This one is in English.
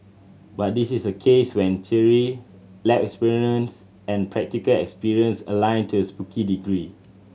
but this is a case when theory lab experiments and practical experience align to a spooky degree